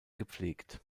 gepflegt